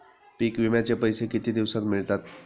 पीक विम्याचे पैसे किती दिवसात मिळतात?